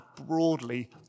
broadly